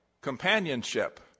companionship